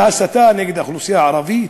בהסתה נגד האוכלוסייה הערבית,